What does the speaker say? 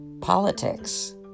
politics